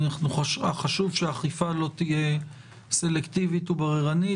חשוב שהאכיפה לא תהיה סלקטיבית ובררנית.